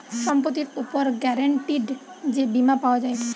সম্পত্তির উপর গ্যারান্টিড যে বীমা পাওয়া যায়